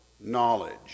Knowledge